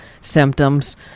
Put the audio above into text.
symptoms